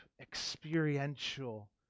experiential